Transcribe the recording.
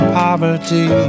poverty